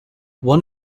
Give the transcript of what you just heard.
one